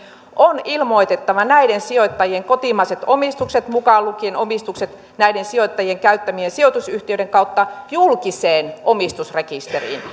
on ilmoitettava näiden sijoittajien kotimaiset omistukset mukaan lukien omistukset näiden sijoittajien käyttämien sijoitusyhtiöiden kautta julkiseen omistusrekisteriin